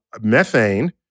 methane